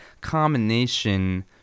combination